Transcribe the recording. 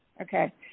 Okay